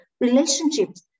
relationships